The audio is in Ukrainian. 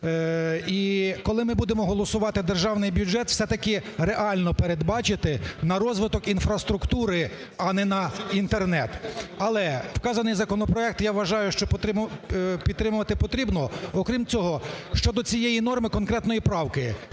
І коли ми будемо голосувати державний бюджет, все-таки реально передбачити на розвиток інфраструктури, а не на Інтернет. Але вказаний законопроект, я вважаю, що підтримувати потрібно. Окрім цього, щодо цієї норми конкретної правки.